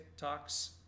TikToks